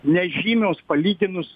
nežymios palyginus